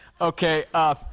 Okay